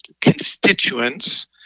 constituents